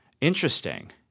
interesting